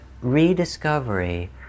rediscovery